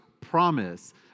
promise